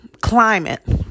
climate